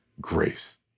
grace